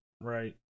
right